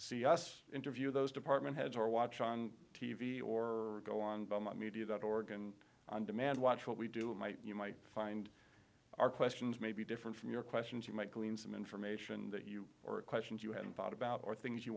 see us interview those department heads or watch on t v or go on by media that organ on demand watch what we do and might you might find our questions may be different from your questions you might glean some information that you or questions you haven't thought about or things you